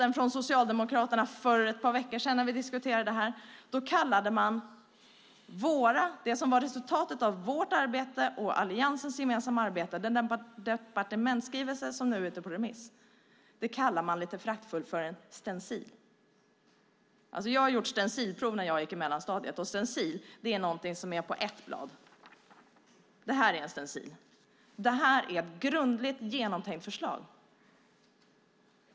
När vi för ett par veckor sedan debatterade detta kallade Socialdemokraterna resultatet av vårt och Alliansens gemensamma arbete, den departementsskrivelse som nu är ute på remiss, lite föraktfullt för "stencil". Jag gjorde stencilprov när jag gick i mellanstadiet, och en stencil är något som är på ett blad. Här i min hand har jag en stencil. Vårt förslag, som jag håller i min andra hand, är ett grundligt genomtänkt förslag.